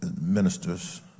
ministers